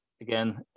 again